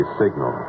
signal